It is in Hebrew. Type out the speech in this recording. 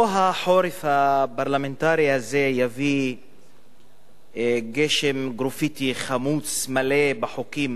או שהחורף הפרלמנטרי הזה יביא גשם גופריתי חמוץ מלא בחוקים